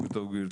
בוקר טוב גברתי,